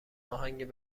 آهنگ